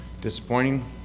disappointing